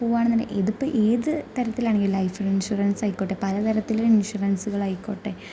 പൂവാണെന്നുണ്ടെങ്കിൽ ഇതിപ്പം ഏത് താരത്തിലാണെന്നുണ്ടെങ്കിൽ ലൈഫ് ഇൻഷുറൻസ് ആയിക്കോട്ടെ പല തരത്തിലുള്ള ഇൻഷുറൻസ് ആയിക്കോട്ടെ